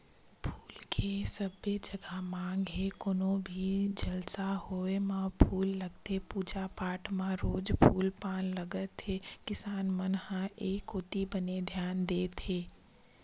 फूल के सबे जघा मांग हे कोनो भी जलसा होय म फूल लगथे पूजा पाठ म रोज फूल पान लगत हे किसान मन ह ए कोती बने धियान देत हे